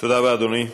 תודה רבה, אדוני.